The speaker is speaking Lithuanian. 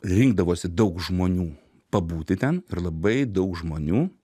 rinkdavosi daug žmonių pabūti ten ir labai daug žmonių